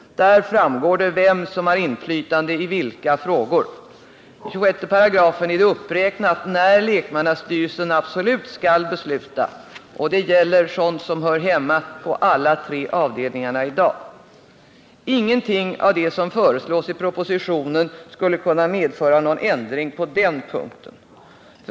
Där framgår det vem som har inflytande i vilka frågor. I 26 § är det uppräknat när lekmannastyrelsen absolut skall besluta, och det gäller sådant som hör hemma på alla tre avdelningarna i dag. Ingenting av det som föreslås i propositionen skulle kunna medföra någon ändring på den punkten.